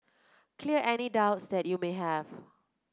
clear any doubts that you may have